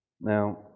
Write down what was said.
Now